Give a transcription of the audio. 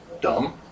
dumb